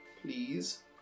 please